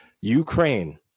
Ukraine